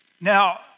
Now